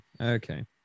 okay